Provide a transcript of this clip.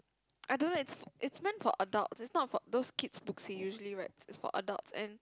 I don't know it's for its meant for adults it's not for those kids books they usually write it's for adult and